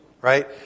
right